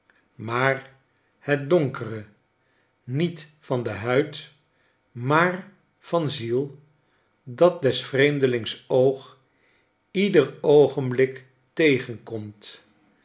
maar het donkere niet van huid maar van ziel dat des vreemdelings oog ieder oogenblik tegenkomt